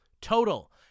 total